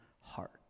heart